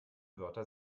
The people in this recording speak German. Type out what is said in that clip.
wörter